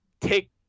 take –